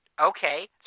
Okay